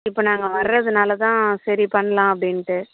இப்போ நாங்கள் வரதனால தான் சரி பண்ணலாம் அப்படின்ட்டு